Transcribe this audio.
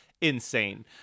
insane